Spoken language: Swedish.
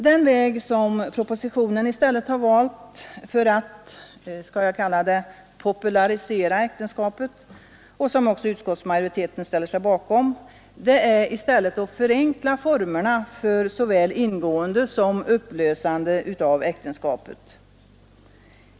Den väg som propositionen i stället har valt för att, skall jag kalla det popularisera äktenskapet och som också utskottsmajoriteten har ställt sig bakom — är att förenkla formerna för såväl ingående som upplösande av äktenskapet.